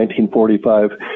1945